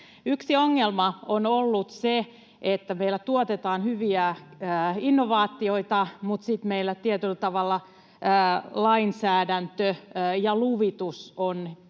Yksi ongelma on ollut se, että meillä tuotetaan hyviä innovaatioita mutta sitten meillä tietyllä tavalla lainsäädäntö ja luvitus